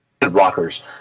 blockers